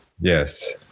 Yes